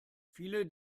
viele